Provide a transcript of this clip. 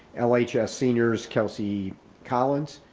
ah like seniors, kelsey collins,